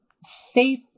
safe